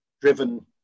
driven